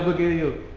do you